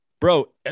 bro